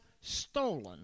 stolen